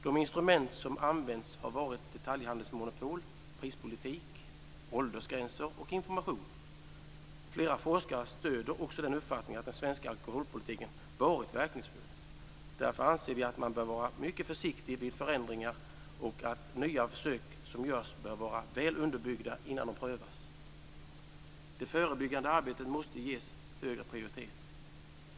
De instrument som använts har varit detaljhandelsmonopol, prispolitik, åldersgränser och information. Flera forskare stöder också uppfattningen att den svenska alkoholpolitiken har varit verkningsfull. Därför anser vi att man bör vara mycket försiktig vid förändringar och att nya försök bör vara väl underbyggda innan de prövas. Det förebyggande arbetet måste ges högre prioritet.